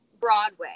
Broadway